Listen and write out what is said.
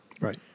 Right